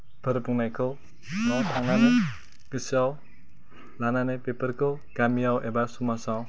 फोर बुंनायखौ न'आव थांनानै गोसोआव लानानै बेफोरखौ गामियाव एबा समाजाव